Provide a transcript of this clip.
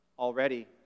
Already